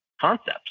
concepts